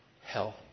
hell